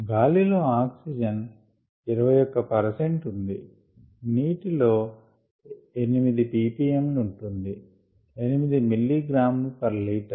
గాలిలో oxygen 21 percent ఉంది నీటి లో 8 ppm ఉంటుంది 8 మిల్లీ గ్రా లీటర్